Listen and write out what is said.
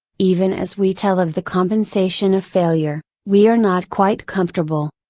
even as we tell of the compensation of failure, we are not quite comfortable.